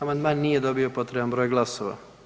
Amandman nije dobio potreban broj glasova.